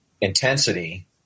intensity